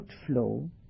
outflow